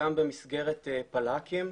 גם במסגרת פלה"קים,